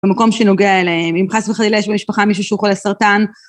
במקום שנוגע אליהם, אם חס וחלילה יש במשפחה מישהו שהוא חולה סרטן.